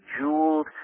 jeweled